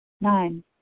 Nine